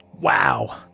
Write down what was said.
Wow